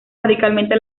radicalmente